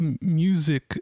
Music